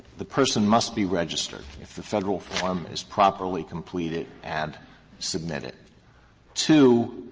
the person must be registered if the federal form is properly completed and submitted two,